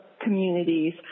communities